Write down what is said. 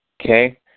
Okay